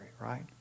right